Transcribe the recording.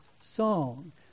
song